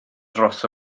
dros